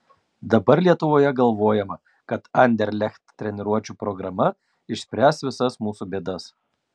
dabar lietuvoje galvojama kad anderlecht treniruočių programa išspręs visas mūsų bėdas